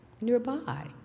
nearby